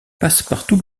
passepartout